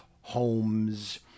homes